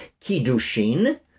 kiddushin